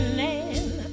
land